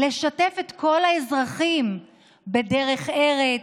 לשתף את כל האזרחים בדרך ארץ,